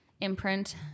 imprint